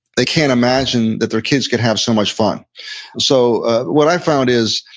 they can't imagine that their kids could have so much fun so what i've found is,